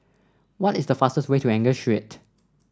what is the fastest way to Angus Street